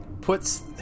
puts